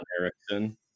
Erickson